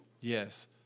Yes